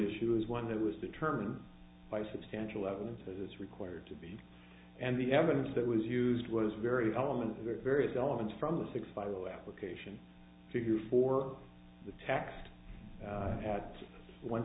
issue is one that was determined by substantial evidence as is required to be and the evidence that was used was very element of the various elements from the six vial application figure for the tact had one